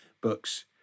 books